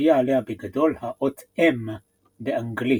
הופיעה עליה בגדול האות M באנגלית.